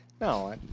No